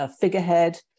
figurehead